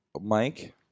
Mike